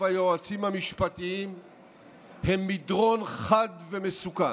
והיועצים המשפטיים הם מדרון חד ומסוכן.